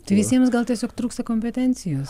tai visiems gal tiesiog trūksta kompetencijos